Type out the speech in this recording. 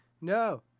no